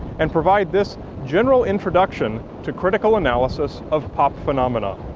and provide this general introduction to critical analysis of pop phenomena.